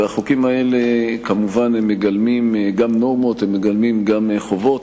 והחוקים האלה כמובן מגלמים גם נורמות וגם חובות,